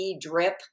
drip